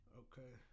okay